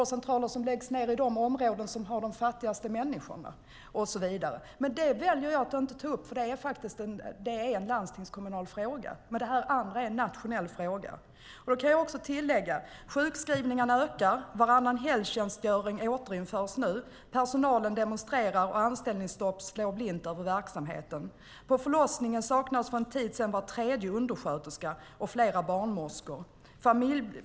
Det är i de områden där de fattigaste människorna bor, och så vidare. Men jag väljer att inte ta upp vårdcentralerna eftersom de är en landstingskommunal fråga. Men dessa andra frågor är nationella. Sjukskrivningarna ökar. Varannanhelgtjänstgöring återinförs. Personalen demonstrerar, och anställningsstopp slår blint över verksamheten. På förlossningen saknades för en tid sedan var tredje undersköterska och flera barnmorskor.